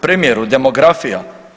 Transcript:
Premijeru, demografija?